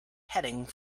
heading